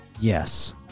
Yes